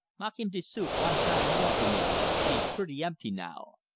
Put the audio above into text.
mak heem de soup one tam more for me'? she's pretty empty now.